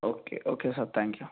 okay okay sir thank you